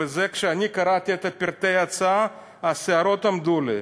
וזה, כשאני קראתי את פרטי ההצעה, השערות עמדו לי.